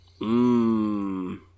Mmm